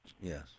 Yes